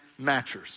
matchers